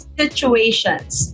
situations